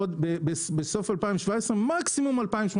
מקסימום ב-2018.